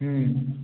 ହୁଁ